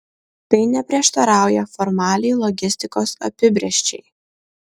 tai neprieštarauja formaliai logistikos apibrėžčiai